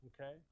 Okay